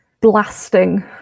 blasting